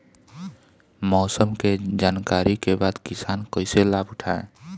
मौसम के जानकरी के बाद किसान कैसे लाभ उठाएं?